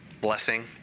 blessing